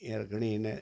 हींअर घणी हिन